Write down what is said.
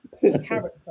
character